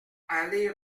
allée